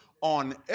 on